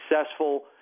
successful